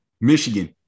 Michigan